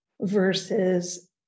versus